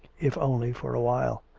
if only for a while.